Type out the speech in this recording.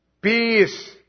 peace